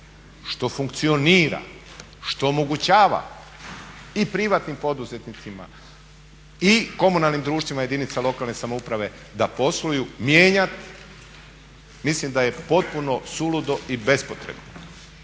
što funkcionira, što omogućava i privatnim poduzetnicima i komunalnim društvima jedinicama lokalne samouprave da posluju, mijenjati, mislim da je potpuno suludo i bespotrebno.